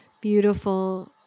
beautiful